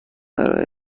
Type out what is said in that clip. ارائه